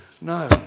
No